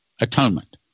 atonement